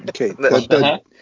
okay